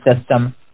system